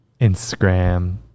Instagram